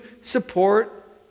support